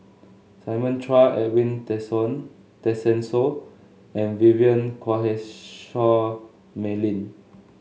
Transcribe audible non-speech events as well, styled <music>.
Simon Chua Edwin <unintelligible> Tessensohn and Vivien Quahe Seah Mei Lin